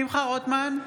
שמחה רוטמן,